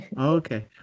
Okay